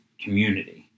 community